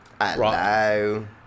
Hello